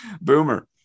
Boomer